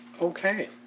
Okay